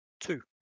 Two